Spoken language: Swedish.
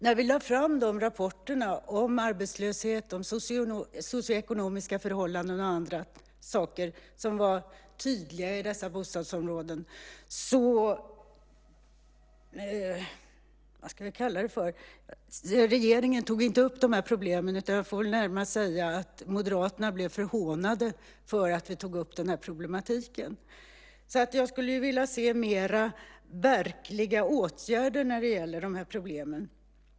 När vi lade fram de rapporterna om arbetslöshet, socioekonomiska förhållanden och andra saker som var tydliga i dessa bostadsområden tog inte regeringen upp problemen utan jag får närmast säga att moderaterna blev förhånade för att vi tog upp den problematiken. Jag skulle vilja se mer verkliga åtgärder när det gäller de här problemen.